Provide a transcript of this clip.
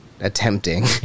attempting